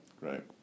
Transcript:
right